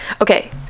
okay